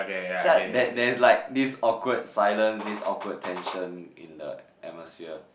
so I there's there's like this awkward silence this awkward tension in the atmosphere